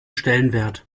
stellenwert